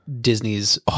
Disney's